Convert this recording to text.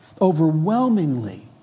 overwhelmingly